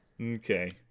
Okay